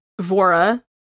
Vora